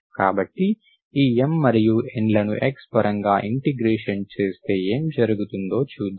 కాబట్టి ఈ M మరియు N లను x పరంగా ఇంటిగ్రేషన్ చేస్తే ఏమి జరుగుతుందో చూద్దాం